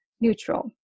neutral